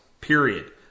period